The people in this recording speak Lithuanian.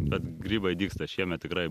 bet grybai dygsta šiemet tikrai